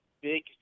big